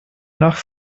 nach